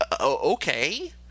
okay